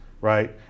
right